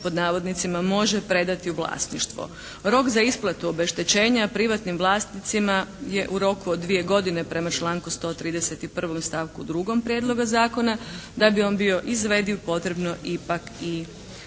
da zemljište "može" predati u vlasništvo. Rok za isplatu obeštećenja privatnim vlasnicima je u roku od dvije godine prema članku 131. stavku 2. prijedloga zakona. Da bi on bio izvediv potrebno je ipak i